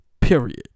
Period